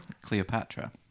Cleopatra